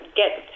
get